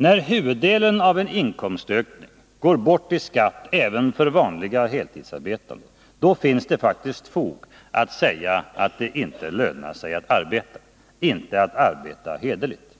När huvuddelen av en inkomstökning även för vanliga heltidsarbetande går bort i skatt, då finns det faktiskt fog för att säga att det inte lönar sig att arbeta, åtminstone inte att arbeta hederligt.